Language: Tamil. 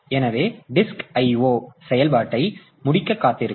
எனவே டிஸ்க் IO செயல்பாட்டை முடிக்க காத்திருக்கும்